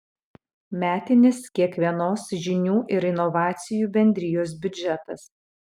metinis kiekvienos žinių ir inovacijų bendrijos biudžetas